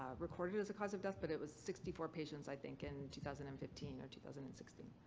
recorded as a cause of death, but it was sixty four patients i think in two thousand and fifteen or two thousand and sixteen.